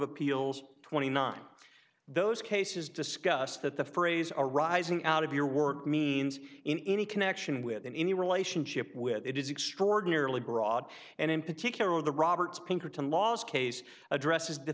appeals twenty nine those cases discussed that the phrase arising out of your work means in any connection with in any relationship with it is extraordinarily broad and in particular on the roberts pinkerton last case addresses the